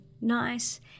nice